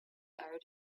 aired